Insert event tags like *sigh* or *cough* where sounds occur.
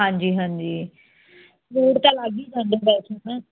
ਹਾਂਜੀ ਹਾਂਜੀ ਫਰੂਟ ਤਾਂ ਲੱਗ ਹੀ ਜਾਂਦੇ *unintelligible*